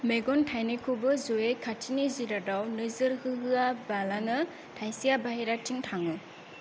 मेगन थायनैखौबो ज'यै खाथिनि जिरादाव नोजोर होहोआबालानो थायसेआ बाहेराथिं थाङो